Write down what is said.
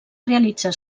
realitzar